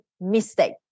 mistake